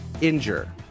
injure